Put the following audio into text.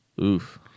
Oof